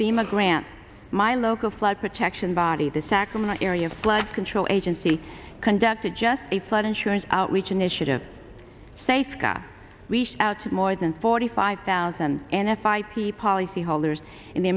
fema grant my local flood protection body the sacramento area flood control agency conducted just a flood insurance outreach initiative safeco reach out to more than forty five thousand and f i p policyholders in the